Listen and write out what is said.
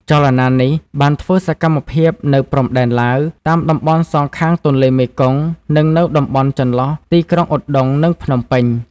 ចលនានេះបានធ្វើសកម្មភាពនៅព្រំដែនឡាវ តាមតំបន់សងខាងទន្លេមេគង្គ និងនៅតំបន់ចន្លោះទីក្រុងឧដុង្គ និងភ្នំពេញ។